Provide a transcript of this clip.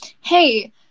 hey